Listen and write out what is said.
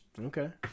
Okay